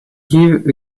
give